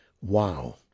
wow